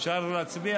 דוד, אפשר להצביע?